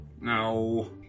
No